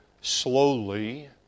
slowly